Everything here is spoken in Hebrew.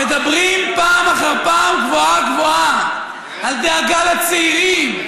שמדברים פעם אחר פעם גבוהה-גבוהה על דאגה לצעירים,